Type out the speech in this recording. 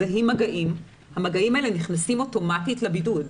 מגעים, המגעים האלה נכנסים אוטומטית לבידוד.